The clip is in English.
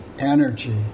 energy